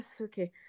Okay